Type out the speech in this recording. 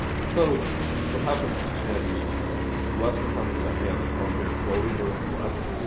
and so what happens in western pennsylvania as the frontier slowly moves west,